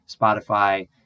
Spotify